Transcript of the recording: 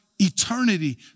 Eternity